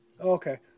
okay